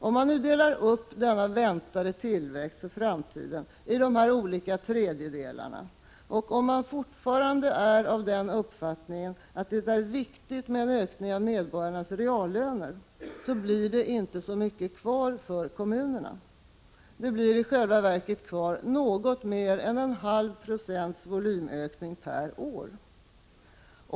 Om man delar upp den väntade tillväxten för framtiden i dessa olika tredjedelar och om man fortfarande är av den uppfattningen att det är viktigt med en ökning av medborgarnas reallöner, blir det inte så mycket kvar för kommunerna. Det blir i själva verket kvar något mer än 0,5 26 volymökning per år.